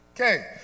Okay